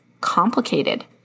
complicated